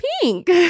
pink